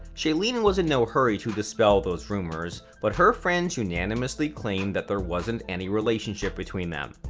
shailene was in no hurry to dispel those rumors, but her friends unanimously claimed that there wasn't any relationship between them.